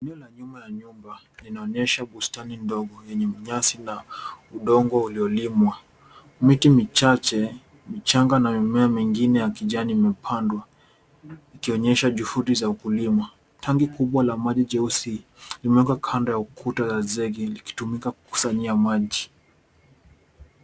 Eneo la nyuma ya nyumba linaonyesha bustani ndogo yenye nyasi na udongo uliolimwa. Miti michache michanga na mimea mengine ya kijani imepandwa ikionyesha juhudi za ukulima. Tanki kubwa la maji jeusi limewekwa kando ya ukuta wa zegi likitumika kukusanyia maji.